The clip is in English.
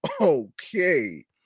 Okay